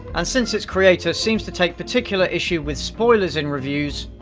and since its creator seems to take particular issue with spoilers in reviews.